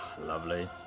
Lovely